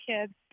kids